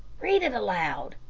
read it aloud,